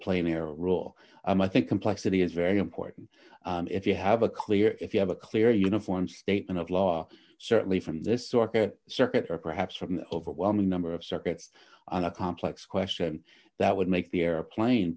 player rule and i think complexity is very important if you have a clear if you have a clear uniform statement of law certainly from this circuit or perhaps from the overwhelming number of circuits on a complex question that would make the airplane